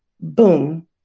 boom